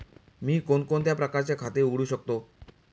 मी कोणकोणत्या प्रकारचे खाते उघडू शकतो?